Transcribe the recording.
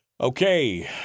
Okay